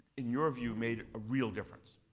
in your view, made a real difference?